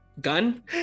gun